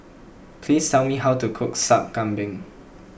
please tell me how to cook Sup Kambing